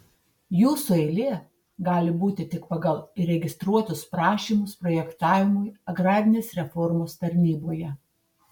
jūsų eilė gali būti tik pagal įregistruotus prašymus projektavimui agrarinės reformos tarnyboje